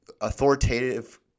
authoritative